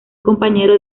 compañero